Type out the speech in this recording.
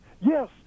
Yes